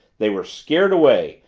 they were scared away.